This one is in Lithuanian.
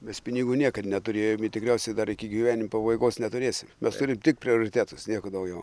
mes pinigų niekad neturėjom ir tikriausiai dar iki gyvenimo pabaigos neturėsim mes turim tik prioritetus nieko daugiau